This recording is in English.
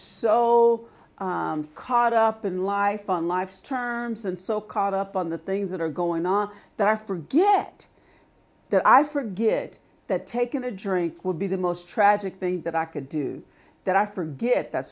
so caught up in life on life's terms and so caught up on the things that are going on that i forget that i for get that taken a drink would be the most tragic thing that i could do that i forget that